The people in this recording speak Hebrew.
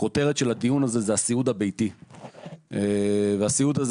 נושא הדיון הזה הוא הסיעוד הביתי והסיעוד הזה